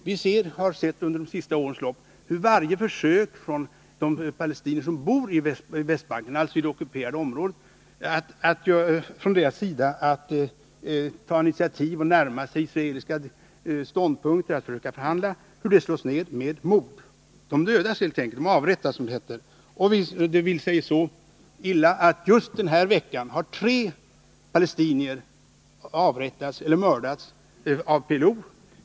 Vi har under de senaste åren erfarit hur varje försök från de palestinier som bor på Västbanken, dvs. i det ockuperade området, att ta initiativ och att närma sig israeliska ståndpunkter för att försöka förhandla slås ned med mord. Dessa palestinier avrättas helt enkelt. Det vill sig nu så illa, att just denna vecka har tre palestinier mördats av PLO.